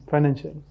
Financial